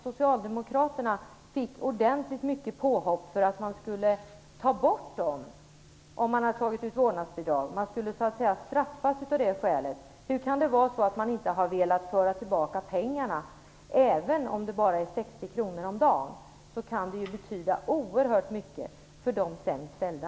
Socialdemokraterna fick ordentligt med påhopp för att man skulle ta bort dem för den som tagit ut vårdnadsbidraget, man skulle så att säga straffas av det skälet. Varför har man inte velat föra tillbaka pengarna? Även om det bara är 60 kronor om dagen kan det betyda oerhört mycket för de sämst ställda.